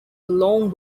long